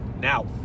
now